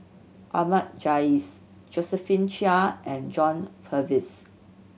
Ahmad Jais Josephine Chia and John Purvis